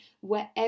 wherever